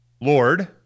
Lord